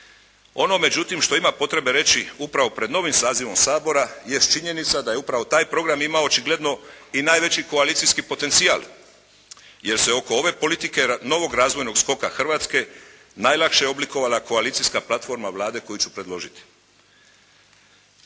Ono međutim što imam potrebe reći upravo pred novim sazivom Sabora jest činjenica da je upravo taj program imao očigledno i najveći koalicijski potencijal jer se oko ove politike novog razvojnog skoka Hrvatske najlakše oblikovala koalicijska platforma Vlade koju ću predložiti.